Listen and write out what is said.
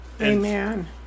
Amen